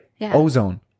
Ozone